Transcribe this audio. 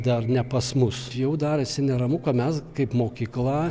dar ne pas mus jau darosi neramu ka mes kaip mokykla